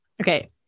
Okay